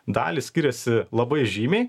dalys skiriasi labai žymiai